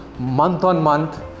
month-on-month